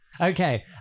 okay